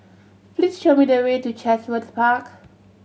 please show me the way to Chatsworth Park